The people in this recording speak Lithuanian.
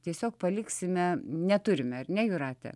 tiesiog paliksime neturime ar ne jūrate